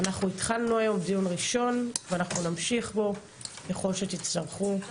אנחנו התחלנו היום דיון ראשון ואנחנו נמשיך פה ככל שתצטרכו.